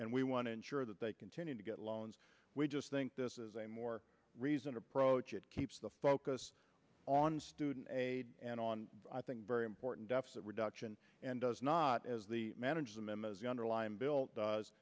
and we want to ensure that they continue to get loans we just think this is a more reasoned approach it keeps the focus on student aid and on i think very important deficit reduction and does not as the manage the memos the underlying bill does